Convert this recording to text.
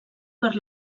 per